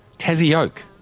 tassie oak,